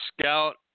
Scout